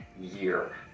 year